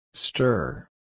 Stir